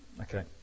okay